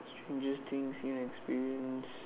strangest thing seen or experienced